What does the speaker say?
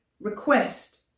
request